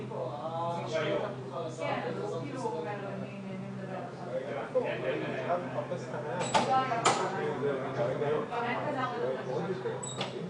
זה לא נראה לי סביר בשנת 2021. אני הולכת רק דקה לאיזה קרייסס.